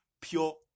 pure